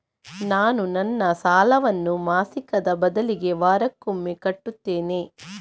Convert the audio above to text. ನಾನು ನನ್ನ ಸಾಲವನ್ನು ಮಾಸಿಕದ ಬದಲಿಗೆ ವಾರಕ್ಕೊಮ್ಮೆ ಕಟ್ಟುತ್ತೇನೆ